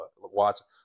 Watson